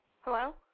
Hello